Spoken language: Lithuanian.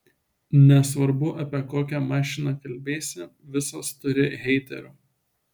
nesvarbu apie kokią mašiną kalbėsi visos turi heiterių